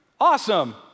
Awesome